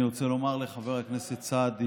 אני רוצה לומר לחבר הכנסת סעדי